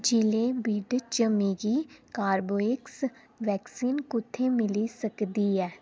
जि'ले बिड च मिगी कार्बेवैक्स वैक्सीन कु'त्थै मिली सकदी ऐ